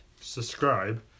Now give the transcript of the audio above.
subscribe